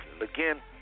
again